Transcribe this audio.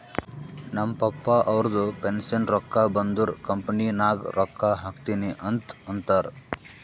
ನಮ್ ಪಪ್ಪಾ ಅವ್ರದು ಪೆನ್ಷನ್ ರೊಕ್ಕಾ ಬಂದುರ್ ಕಂಪನಿ ನಾಗ್ ರೊಕ್ಕಾ ಹಾಕ್ತೀನಿ ಅಂತ್ ಅಂತಾರ್